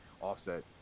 offset